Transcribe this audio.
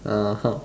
(uh huh)